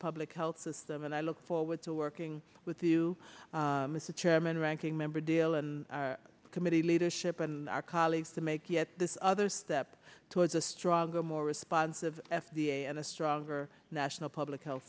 public health system and i look forward to working with you mr chairman ranking member deal and committee leadership and our colleagues to make yet this other step towards a stronger more responsive f d a and a stronger national public health